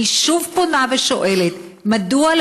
אני שוב פונה ושואלת: מדוע,